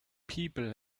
people